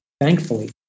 thankfully